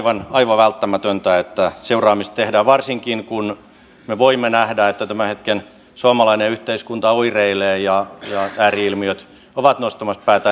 on aivan välttämätöntä että seuraamista tehdään varsinkin kun me voimme nähdä että tämän hetken suomalainen yhteiskunta oireilee ja ääri ilmiöt ovat nostamassa päätään